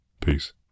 Peace